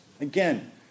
Again